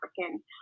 African